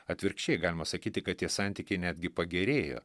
atvirkščiai galima sakyti kad tie santykiai netgi pagerėjo